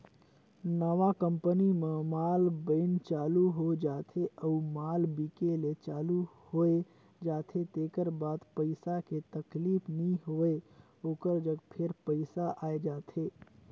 नवा कंपनी म माल बइन चालू हो जाथे अउ माल बिके ले चालू होए जाथे तेकर बाद पइसा के तकलीफ नी होय ओकर जग फेर पइसा आए जाथे